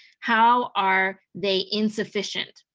how are they insufficient?